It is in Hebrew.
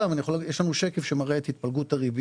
בכזאת גבורה ולהגיד את הדברים שהיא אמרה.